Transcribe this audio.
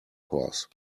course